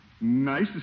nice